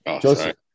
Joseph